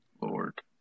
Lord